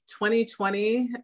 2020